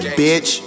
bitch